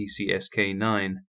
PCSK9